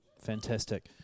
Fantastic